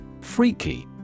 Freaky